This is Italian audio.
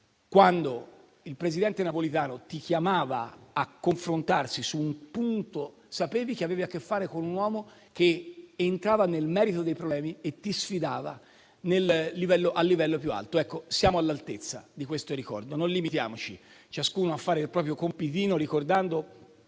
Quando il presidente Napolitano ti chiamava a confrontarsi su un punto, sapevi che avevi a che fare con un uomo che entrava nel merito dei problemi e ti sfidava al livello più alto. Siamo all'altezza di questo ricordo, non limitiamoci ciascuno a fare il proprio compitino, ricordando